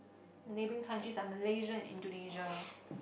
the neighbouring countries like Malaysia and Indonesia